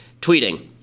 tweeting